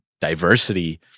diversity